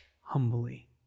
humbly